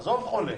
עזוב חולה